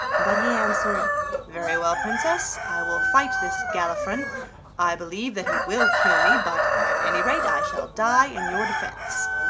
but he answered very well, princess, i will fight this galifron i believe that he will kill me, but at any rate i shall die in your defense.